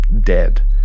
dead